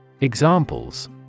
Examples